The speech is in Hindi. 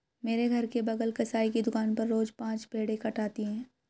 मेरे घर के बगल कसाई की दुकान पर रोज पांच भेड़ें कटाती है